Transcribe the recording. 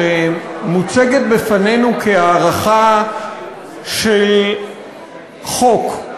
שמוצגת בפנינו כהארכה של חוק,